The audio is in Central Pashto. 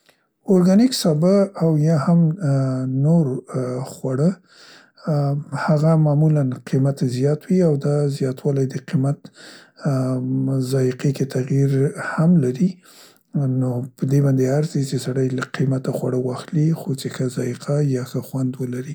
اورګانیک سابه او یا هم نور خواړه ا هغه معمولاً قیمت یې زیات وي او دا زیاتولی د قیمت ا ام ذایقې کې تغیر هم لري نو په دې ارزي چې سړی لږ قیمته خواړه واخلي خو چې ښه ذایقه یا ښه خوند لري.